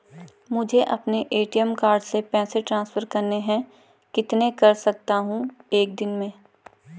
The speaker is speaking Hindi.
मुझे अपने ए.टी.एम कार्ड से पैसे ट्रांसफर करने हैं कितने कर सकता हूँ एक दिन में?